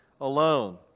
alone